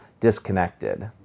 disconnected